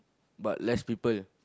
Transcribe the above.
but less people